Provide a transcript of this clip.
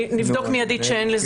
נבדוק שאין לזה